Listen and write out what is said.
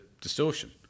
distortion